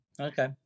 Okay